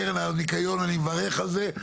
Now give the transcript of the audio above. קרן הניקיון אני מברך על זה,